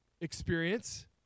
experience